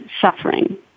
suffering